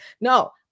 No